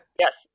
Yes